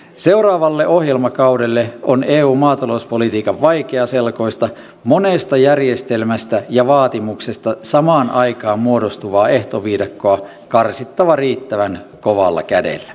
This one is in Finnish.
seuraavalle ohjelmakaudelle on eun maatalouspolitiikan vaikeaselkoista monesta järjestelmästä ja vaatimuksesta samaan aikaan muodostuvaa ehtoviidakkoa karsittava riittävän kovalla kädellä